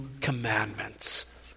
commandments